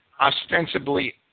ostensibly